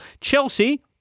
Chelsea